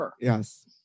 Yes